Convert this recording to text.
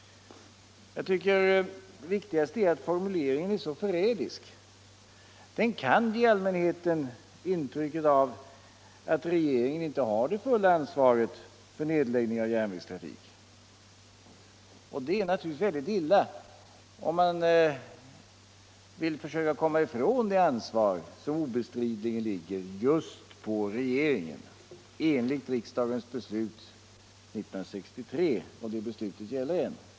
Jag tycker att det viktigaste är att formuleringen är så förrädisk. Den kan ge allmänheten intrycket att regeringen inte har det fulla ansvaret för nedläggning av järnvägstrafik. Och det är naturligtvis mycket illa om regeringen vill försöka komma ifrån det ansvar som obestridligen ligger just på regeringen enligt riksdagens beslut 1963 —- och det beslutet gäller än.